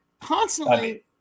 constantly